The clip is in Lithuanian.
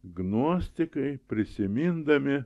gnostikai prisimindami